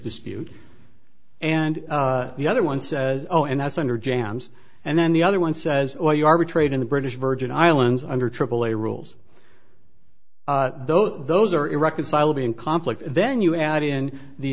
dispute and the other one says oh and that's under jams and then the other one says or you are betrayed in the british virgin islands under aaa rules though those are irreconcilably in conflict then you add in the